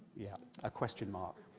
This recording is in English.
yeah, a question mark.